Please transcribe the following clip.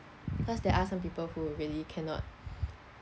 cause there are some people who really cannot